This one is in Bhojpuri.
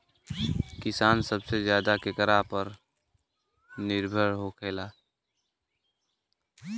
किसान सबसे ज्यादा केकरा ऊपर निर्भर होखेला?